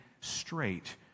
straight